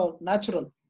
natural